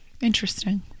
Interesting